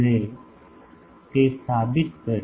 Bose તે સાબિત કર્યું